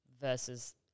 versus